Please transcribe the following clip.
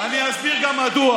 זה הזמן שתרד מהבמה.